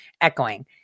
echoing